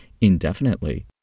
indefinitely